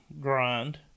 grind